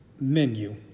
menu